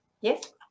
yes